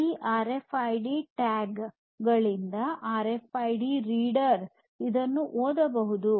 ಈ R F I D tag ಗಳಿಂದ R F I D reader ಇದನ್ನು ಓದಬಹುದು